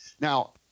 Now